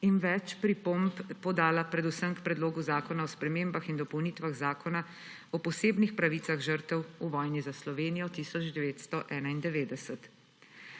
in več pripomb podala predvsem k Predlogu zakona o spremembah in dopolnitvah Zakona o posebnih pravicah žrtev v vojni za Slovenijo 1991.